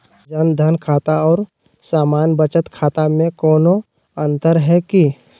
जन धन खाता और सामान्य बचत खाता में कोनो अंतर है की?